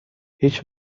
هیچ